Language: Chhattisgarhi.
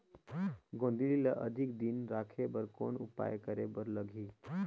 गोंदली ल अधिक दिन राखे बर कौन उपाय करे बर लगही?